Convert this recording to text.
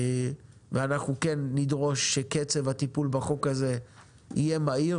אנחנו כן נדרוש שקצב הטיפול בחוק הזה יהיה מהיר